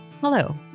Hello